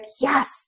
yes